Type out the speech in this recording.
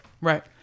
Right